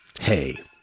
Hey